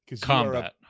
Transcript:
Combat